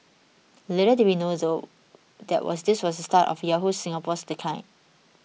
little did we know though that was this was the start of Yahoo Singapore's decline